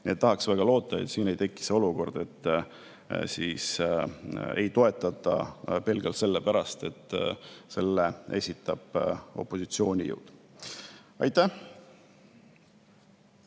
Tahaks väga loota, et siin ei teki see olukord, et ei toetata [eelnõu] pelgalt selle pärast, et selle esitas opositsioonijõud. Aitäh!